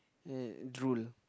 uh drool